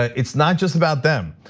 it's not just about them.